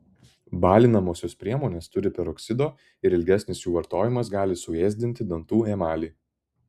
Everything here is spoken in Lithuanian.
balinamosios priemonės turi peroksido ir ilgesnis jų vartojimas gali suėsdinti dantų emalį